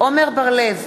עמר בר-לב,